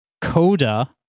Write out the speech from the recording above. Coda